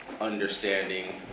understanding